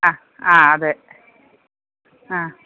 ആ ആ അതെ ആ